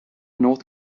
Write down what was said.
north